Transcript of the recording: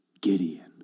Gideon